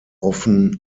offen